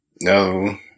No